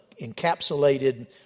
encapsulated